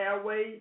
Airways